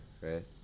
right